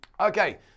Okay